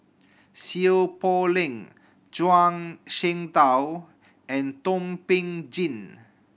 Seow Poh Leng Zhuang Shengtao and Thum Ping Tjin